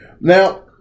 Now